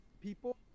people